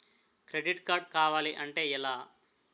Credit card కావాలి అంటే ఎలా?